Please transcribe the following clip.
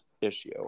issue